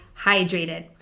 hydrated